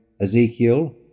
Ezekiel